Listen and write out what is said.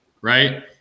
Right